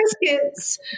biscuits